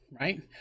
right